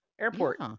Airport